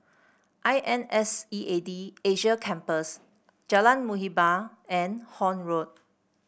I N S E A D Asia Campus Jalan Muhibbah and Horne Road